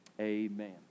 amen